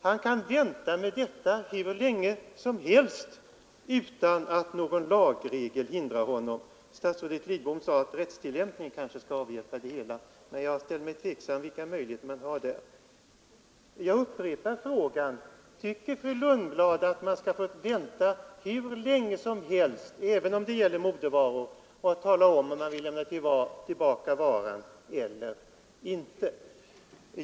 Han kan vänta med detta besked hur länge som helst utan att någon lagregel hindrar honom. Statsrådet Lidbom sade att rättstillämpningen får klara upp det hela, men jag ställer mig tveksam till att det därvidlag finns sådana möjligheter. Jag upprepar frågan: Tycker fru Lundblad att man skall få vänta hur länge som helst — även om det gäller modevaror — med att tala om ifall man vill lämna tillbaka varan eller inte?